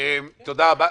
תודה רבה.